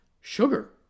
sugar